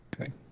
okay